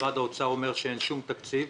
משרד האוצר אומר שאין שום תקציב.